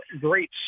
great